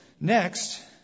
Next